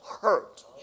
hurt